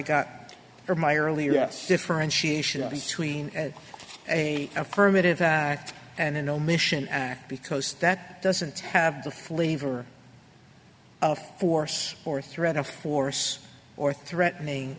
got or my earlier less differentiation between a affirmative act and omission act because that doesn't have the flavor of force or threat of force or threatening